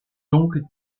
donc